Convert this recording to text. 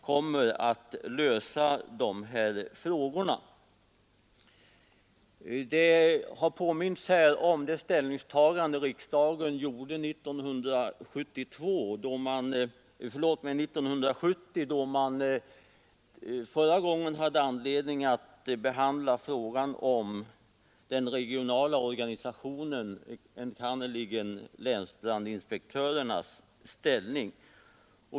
Det har påmints här om det ställningstagande riksdagen gjorde 1970, då vi förra gången hade anledning att behandla frågan om den regionala organisationen, enkannerligen länsbrandinspektörernas ställning.